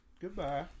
Goodbye